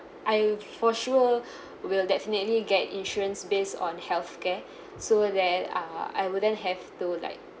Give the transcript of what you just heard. I for sure will definitely get insurance based on health care so that err I wouldn't have to like